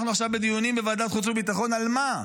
אנחנו עכשיו בדיונים בוועדת החוץ והביטחון על מה?